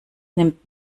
nimmt